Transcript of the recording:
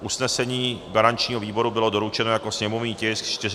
Usnesení garančního výboru bylo doručeno jako sněmovní tisk 435/4.